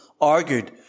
argued